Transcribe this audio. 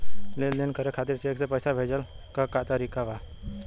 लेन देन करे खातिर चेंक से पैसा भेजेले क तरीकाका बा?